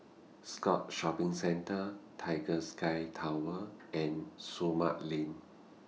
Scotts Shopping Centre Tiger Sky Tower and Sumang LINK